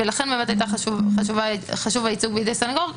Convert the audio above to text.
ולכן היה חשוב הייצוג בידי סניגור.